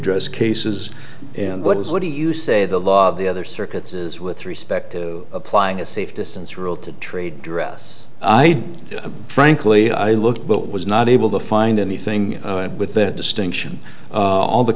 dress cases and what is what do you say the law of the other circuits is with respect to applying a safe distance rule to trade dress i frankly i looked but was not able to find anything with that distinction all the